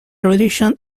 tradition